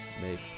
make